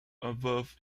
above